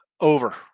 over